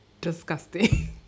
disgusting